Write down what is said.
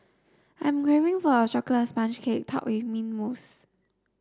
I'm craving for a chocolate sponge cake topped with mint mousse